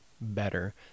better